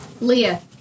Leah